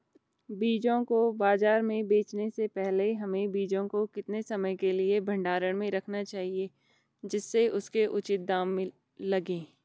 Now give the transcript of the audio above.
बीजों को बाज़ार में बेचने से पहले हमें बीजों को कितने समय के लिए भंडारण में रखना चाहिए जिससे उसके उचित दाम लगें?